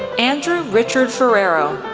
andrew richard forero,